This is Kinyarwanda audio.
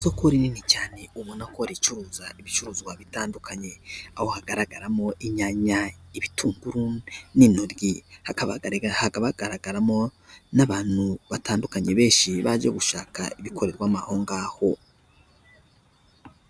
Isoko rinini cyane ubona ko ricuruza ibicuruzwa bitandukanye, aho hagaragaramo inyanya ibitunguru, n'intoryi, hakaba bagaragaramo n'abantu batandukanye benshi, baje gushaka ibikorerwamo aho ngaho.